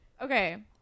Okay